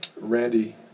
Randy